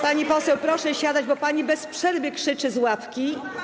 Pani poseł, proszę siadać, bo pani bez przerwy krzyczy z ławki.